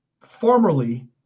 formerly